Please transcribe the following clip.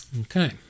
okay